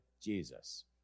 Jesus